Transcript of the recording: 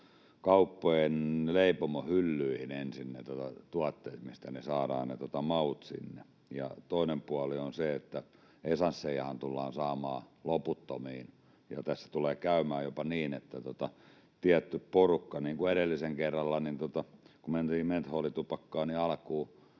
kauppojen leipomohyllyihin tulivat ensin ne tuotteet, mistä ne maut saadaan sinne, ja toinen puoli on se, että esanssejahan tullaan saamaan loputtomiin, ja tässä tulee käymään jopa niin, että tietty porukka siirtyy sätkiin — niin kuin edellisellä kerralla, kun mentiin mentolitupakkaan, niin alkuun